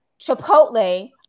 Chipotle